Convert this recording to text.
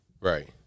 Right